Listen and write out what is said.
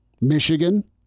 Michigan